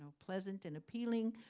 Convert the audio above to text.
so pleasant and appealing,